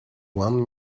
one